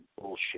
bullshit